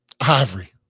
Ivory